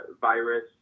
virus